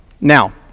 Now